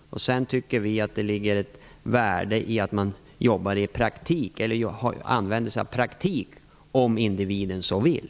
Vi tycker också att det ligger ett värde i att man använder sig av praktik för de individer som vill.